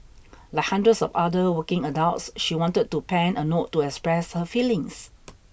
like hundreds of other working adults she wanted to pen a note to express her feelings